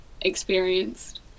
experienced